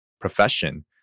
profession